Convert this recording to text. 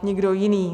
Nikdo jiný.